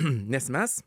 nes mes